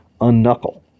unknuckle